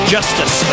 Justice